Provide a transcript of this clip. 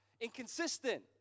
inconsistent